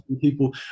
people